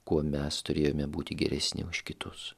kuo mes turėjome būti geresni už kitus